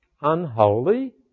unholy